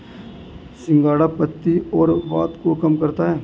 सिंघाड़ा पित्त और वात को कम करता है